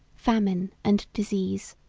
famine, and disease.